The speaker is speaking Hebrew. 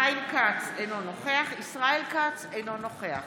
חיים כץ, אינו נוכח ישראל כץ, אינו נוכח